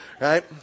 Right